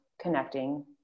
connecting